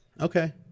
Okay